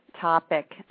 topic